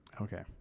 Okay